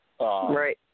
Right